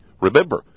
Remember